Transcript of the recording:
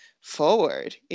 forward